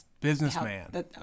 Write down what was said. Businessman